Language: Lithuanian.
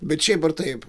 bet šiaip ar taip